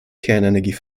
kernenergie